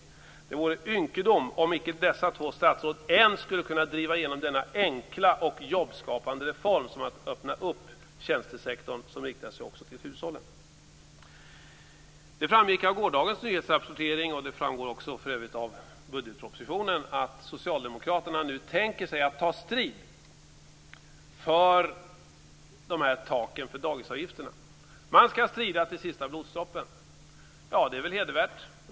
Det vore ynkedom om dessa två statsråd icke ens skulle kunna driva igenom denna enkla och jobbskapandereform och öppna den tjänstesektor som riktar sig också till hushållen. Det framgick av gårdagens nyhetsrapportering, och det framgår också för övrigt av budgetpropositionen, att socialdemokraterna nu tänker sig att ta strid för taken för dagisavgifterna. Man skall strida till sista blodsdroppen. Det är väl hedervärt.